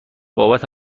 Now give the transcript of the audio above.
بابت